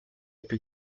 più